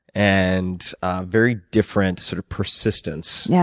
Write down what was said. and a very different sort of persistence. yeah